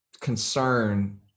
concern